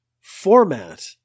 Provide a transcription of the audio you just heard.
format